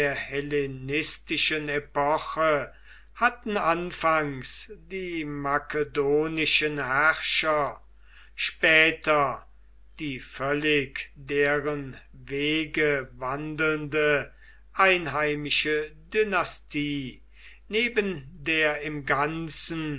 hellenistischen epoche hatten anfangs die makedonischen herrscher später die völlig deren wege wandelnde einheimische dynastie neben der im ganzen